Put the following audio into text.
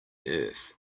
earth